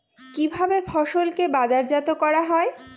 কিভাবে ফসলকে বাজারজাত করা হয়?